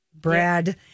Brad